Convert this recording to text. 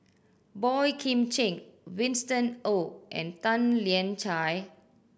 Boey Kim Cheng Winston Oh and Tan Lian Chye